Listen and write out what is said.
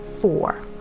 four